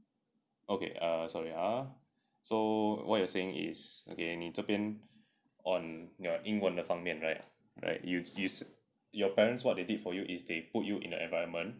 okay uh sorry ah so what you're saying is again 你这边 on your 英文的方面 right you use your parents what they did for you is they put you in an environment